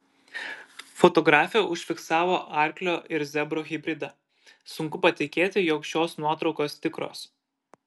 fotografė užfiksavo arklio ir zebro hibridą sunku patikėti jog šios nuotraukos tikros